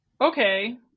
okay